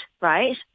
right